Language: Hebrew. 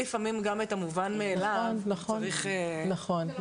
לפעמים גם את המובן מאליו צריך --- נכון,